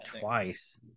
twice